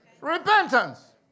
repentance